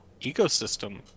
ecosystem